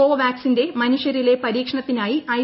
കോവാക്സിന്റെ മനുഷ്യരിലെ പരീക്ഷണത്തിനായി ഐ